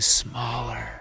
smaller